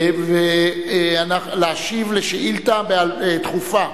להשיב על שאילתא דחופה